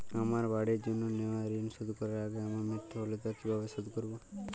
আমার বাড়ির জন্য নেওয়া ঋণ শোধ করার আগে আমার মৃত্যু হলে তা কে কিভাবে শোধ করবে?